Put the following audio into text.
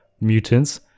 Mutants